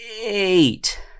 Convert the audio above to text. Eight